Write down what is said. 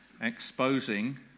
exposing